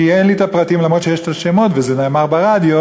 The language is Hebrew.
כי אין לי הפרטים, אף שיש שמות וזה נאמר ברדיו,